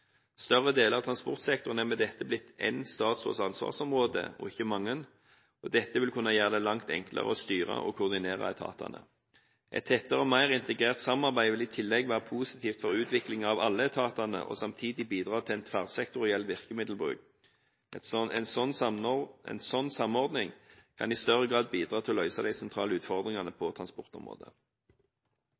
Større deler av transportsektoren er med dette blitt én statsråds ansvarsområde og ikke manges, og dette vil kunne gjøre det langt enklere å styre og koordinere etatene. Et tettere og mer integrert samarbeid vil i tillegg være positivt for utvikling av alle etatene og samtidig bidra til en tverrsektoriell virkemiddelbruk. En sånn samordning kan i større grad bidra til å løse de sentrale utfordringene på transportområdet.